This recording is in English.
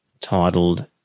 titled